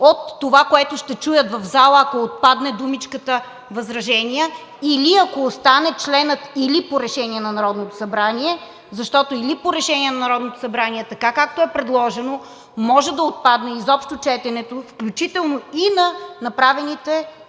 от това, което ще чуят в залата, ако отпадне думичката „възражения“ или ако остане в члена „или по решение на Народното събрание“, защото „или по решение на Народното събрание“ – така, както е предложено, може да отпадне изобщо четенето, включително и на направените предложения